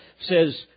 says